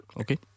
Okay